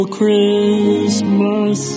Christmas